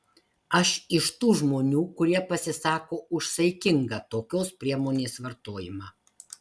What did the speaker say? aš iš tų žmonių kurie pasisako už saikingą tokios priemonės vartojimą